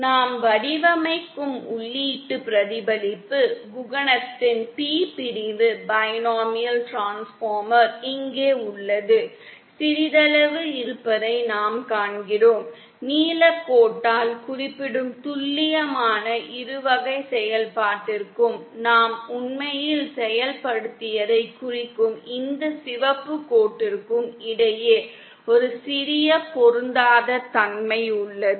நாம் வடிவமைக்கும் உள்ளீட்டு பிரதிபலிப்பு குணகத்தின் P பிரிவு பைனோமியல் டிரான்ஸ்பார்மர் இங்கே உள்ளது சிறிதளவு இருப்பதை நாம் காண்கிறோம் நீலக்கோட்டால் குறிப்பிடப்படும் துல்லியமான இருவகை செயல்பாட்டிற்கும் நாம் உண்மையில் செயல்படுத்தியதைக் குறிக்கும் இந்த சிவப்பு கோட்டிற்கும் இடையே ஒரு சிறிய பொருந்தாத தன்மை உள்ளது